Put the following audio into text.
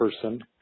person